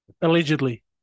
Allegedly